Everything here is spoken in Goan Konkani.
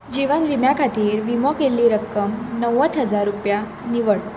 जिवन विम्या खातीर विमो केल्ली रक्कम णव्वद हजार रुपया निवड